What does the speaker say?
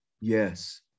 yes